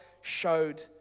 showed